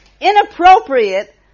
inappropriate